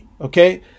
okay